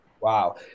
Wow